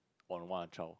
on want a child